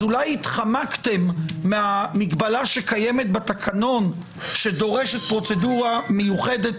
אז אולי התחמקתם מהמגבלה שקיימת בתקנון שדורשת פרוצדורה מיוחדת